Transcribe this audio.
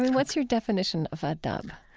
and what's your definition of adab?